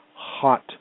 Hot